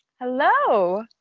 hello